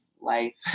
life